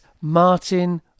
Martin